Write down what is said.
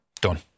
Done